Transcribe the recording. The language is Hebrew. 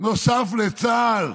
נוסף לצה"ל.